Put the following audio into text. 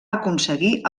aconseguir